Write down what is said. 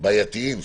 בעייתיים.